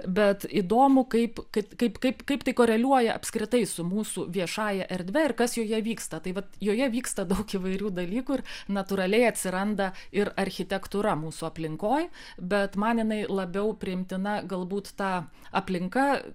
bet įdomu kaip kaip kaip kaip kaip tai koreliuoja apskritai su mūsų viešąja erdve ir kas joje vyksta tai vat joje vyksta daug įvairių dalykų ir natūraliai atsiranda ir architektūra mūsų aplinkoj bet man jinai labiau priimtina galbūt ta aplinka